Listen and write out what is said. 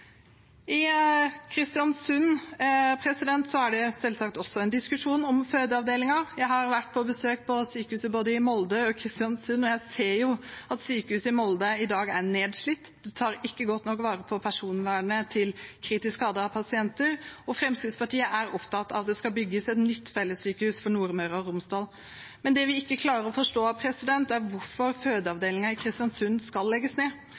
I Kristiansund er det selvsagt også en diskusjon om fødeavdelingen. Jeg har vært på besøk på sykehuset i både Molde og Kristiansund, og jeg ser jo at sykehuset i Molde i dag er nedslitt. Det tar ikke godt nok vare på personvernet til kritisk skadde pasienter, og Fremskrittspartiet er opptatt av at det skal bygges et nytt fellessykehus for Nordmøre og Romsdal. Men det vi ikke klarer å forstå, er hvorfor fødeavdelingen i Kristiansund skal legges ned.